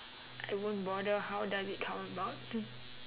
I won't bother how does it come about